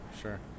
Sure